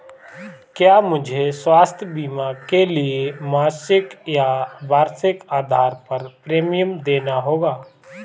क्या मुझे स्वास्थ्य बीमा के लिए मासिक या वार्षिक आधार पर प्रीमियम देना होगा?